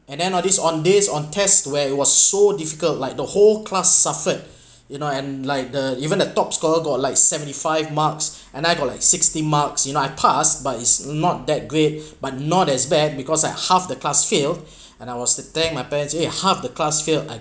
and then all this on days on test where it was so difficult like the whole class suffered you know and like the even the top scorer got like seventy five marks and I got like sixty marks you know I passed but it's not that great but not as bad because like half the class failed and that was the thing my parents say half the class failed I